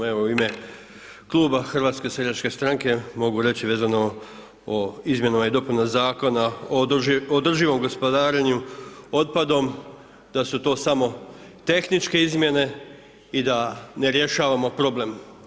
Evo u ime Kluba HSS-a mogu reći vezano o izmjenama i dopunama zakona o održivom gospodarenju otpadom da su to samo tehničke izmjene i da ne rješavamo problem.